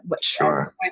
Sure